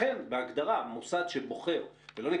לכן בהגדרה מוסד שבוחר לא להיות בלימודי ליבה,